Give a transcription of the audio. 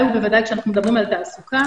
ובוודאי כשאנחנו מדברים על תעסוקה,